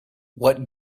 what